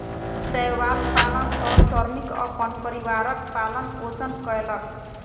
शैवाल पालन सॅ श्रमिक अपन परिवारक पालन पोषण कयलक